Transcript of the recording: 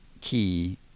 key